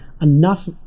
enough